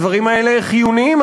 הדברים האלה חיוניים,